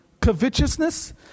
covetousness